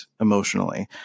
emotionally